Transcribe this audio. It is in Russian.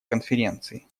конференции